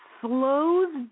slows